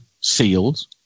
seals